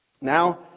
Now